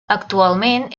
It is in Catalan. actualment